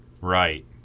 Right